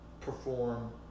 perform